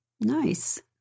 Nice